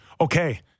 Okay